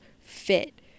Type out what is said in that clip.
fit